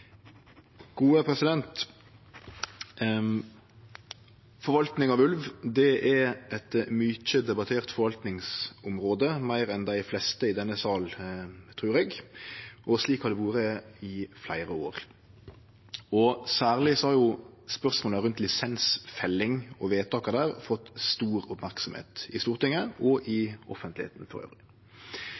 av ulv er eit mykje debattert forvaltingsområde – meir enn dei fleste i denne salen, trur eg – og slik har det vore i fleire år. Særleg har spørsmåla rundt lisensfelling og vedtaka der fått stor merksemd i Stortinget og i